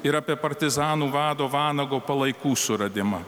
ir apie partizanų vado vanago palaikų suradimą